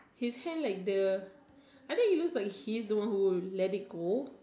he's hand like the I think he looks like the one who let it go